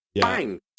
bang